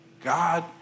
God